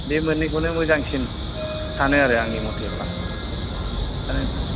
बे मोननै खौनो मोजांसिन सानो आरो आंनि मथेब्ला